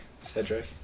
Cedric